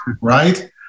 right